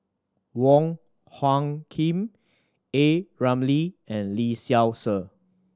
Wong Hung Khim A Ramli and Lee Seow Ser